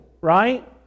right